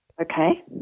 Okay